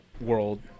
world